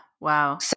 Wow